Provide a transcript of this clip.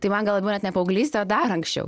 tai man gal labiau net ne paauglystė o dar anksčiau